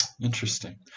Interesting